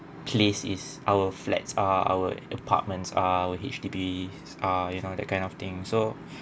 place is our flats ah our apartments our H_D_B ah you know that kind of thing so